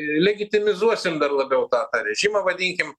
legitimizuotim dar labiau tą tą režimą vadinkim